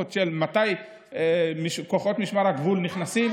של מתי כוחות משמר הגבול נכנסים,